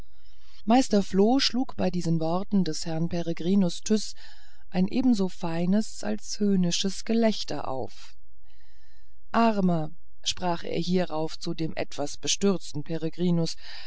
meister floh schlug bei diesen worten des herrn peregrinus tyß ein ebenso feines als höhnisches gelächter auf armer sprach er hierauf zu dem etwas bestürzten